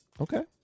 Okay